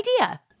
idea